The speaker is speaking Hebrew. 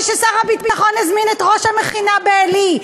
ששר הביטחון הזמין את ראש המכינה בעלי,